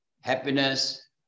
happiness